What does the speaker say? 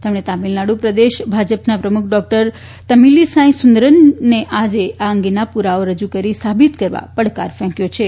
તેમણે તમિલનાડ઼ પ્રદેશ ભાજપના પ્રમૂખ ડોકટર તમિલીસાઇ સુંદરરાજનને આ અંગેના પુરાવાઓ રજૂ કરી સાબિત કરવા પડકાર ફેંકયો છે